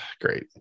great